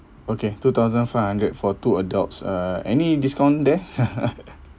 okay two thousand five hundred for two adults uh any discount there